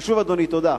ושוב, אדוני, תודה.